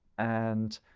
and,